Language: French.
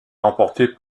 remporté